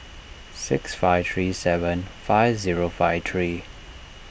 six five three seven five zero five three